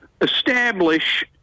establish